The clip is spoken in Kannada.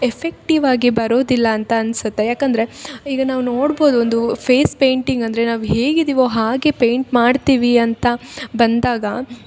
ಎಫೆಕ್ಟಿವ್ ಆಗಿ ಬರೋದಿಲ್ಲ ಅಂತ ಅನಿಸುತ್ತೆ ಯಾಕಂದರೆ ಈಗ ನಾವು ನೋಡ್ಬೌದು ಒಂದು ಫೇಸ್ ಪೇಂಟಿಂಗ್ ಅಂದರೆ ನಾವು ಹೇಗಿದೀವೋ ಹಾಗೆ ಪೇಂಟ್ ಮಾಡ್ತೀವಿ ಅಂತ ಬಂದಾಗ